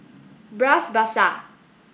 Bras Basah